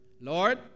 Lord